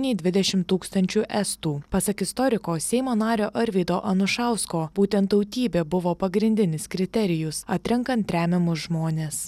nei dvidešimt tūkstančių estų pasak istoriko seimo nario arvydo anušausko būtent tautybė buvo pagrindinis kriterijus atrenkant tremiamus žmones